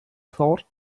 thought